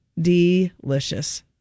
Delicious